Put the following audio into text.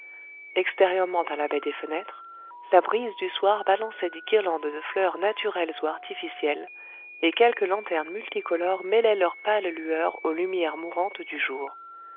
extérieurement à la baie des fenêtres la brise du soir balançait des guirlandes de fleurs naturelles ou artificielles et quelques lanternes multicolores mêlaient leurs pâles lueurs aux lumières mourantes du jour